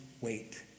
Wait